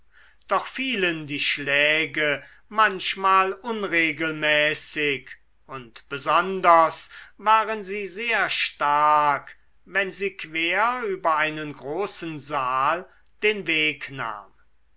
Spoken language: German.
doch fielen die schläge manchmal unregelmäßig und besonders waren sie sehr stark wenn sie quer über einen großen saal den weg nahm